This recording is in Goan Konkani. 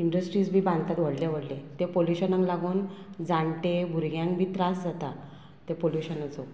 इंडस्ट्रीज बी बांदतात व्हडलें व्हडलें तें पोल्युशनाक लागून जाणटे भुरग्यांक बी त्रास जाता ते पोल्युशनाचो